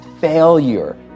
failure